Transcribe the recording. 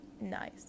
nice